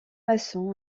maçons